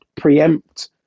preempt